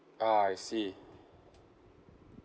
ah I see